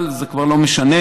אבל זה כבר לא משנה.